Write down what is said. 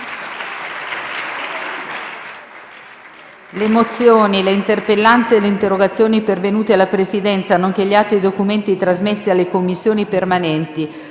Le mozioni, le interpellanze e le interrogazioni pervenute alla Presidenza, nonché gli atti e i documenti trasmessi alle Commissioni permanenti